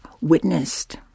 witnessed